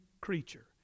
creature